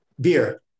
Beer